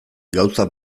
gauza